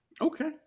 okay